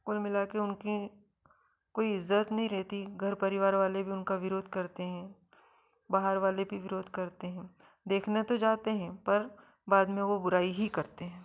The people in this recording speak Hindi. कुल मिला के उनकी कोई इज़्जत नहीं रहती घर परिवार वाले भी उनका विरोध करते हैं बाहर वाले भी विरोध करते हैं देखने तो जाते हैं पर बाद में वो बुराई ही करते हैं